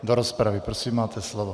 Do rozpravy, prosím, máte slovo.